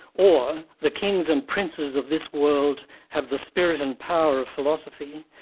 or the kings and princes of this world have the spirit and power of philosophy,